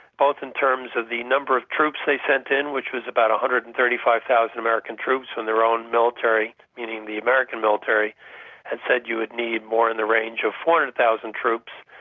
both in terms of the number of troops they sent in, which was about one hundred and thirty five thousand american troops when their own military meaning the american military and said you would need more in the range of four hundred thousand troops,